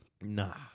Nah